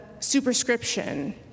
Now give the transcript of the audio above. superscription